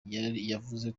yavuze